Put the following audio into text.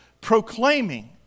proclaiming